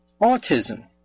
autism